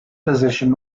position